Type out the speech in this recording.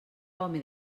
home